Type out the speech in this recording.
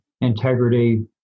Integrity